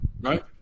Right